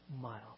mile